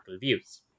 views